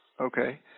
Okay